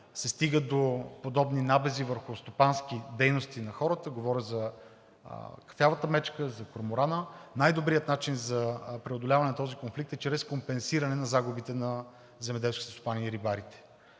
се стига до подобни набези върху стопански дейности на хората, говоря за кафявата мечка, за корморана, най-добрият начин за преодоляване на този конфликт е чрез компенсиране на загубите на земеделските стопани и рибарите.